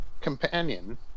companion